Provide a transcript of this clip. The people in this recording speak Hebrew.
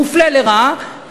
מופלה לרעה.